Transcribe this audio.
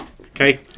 Okay